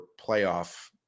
playoff